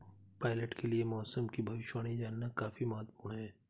pilot के लिए मौसम की भविष्यवाणी जानना काफी महत्त्वपूर्ण है